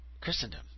Christendom